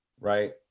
right